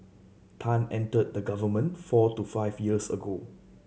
tan entered the government four to five years ago